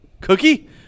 Cookie